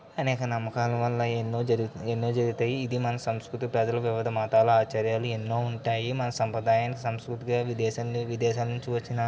అనేక నమ్మకాల వల్ల ఎన్నో జరుగు ఎన్నో జరుగుతాయి ఇది మన సంస్కృతి ప్రజలకు వివిధ మతాల ఆచారాలు ఎన్నో ఉంటాయి మన సంప్రదాయాన్ని సంస్కృతిగా విదేశం నుండి వచ్చిన